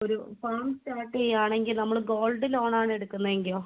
ഒരു farm start ചെയ്യുകയാണെങ്കിൽ നമ്മൾ ഗോൾഡ് ലോണാണ് എടുക്കുന്നതിൻ്റെയോ